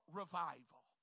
revival